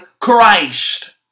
Christ